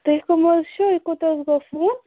تُہی کٔم حظ چھُو یہِ کوٚت حظ گوٚو فون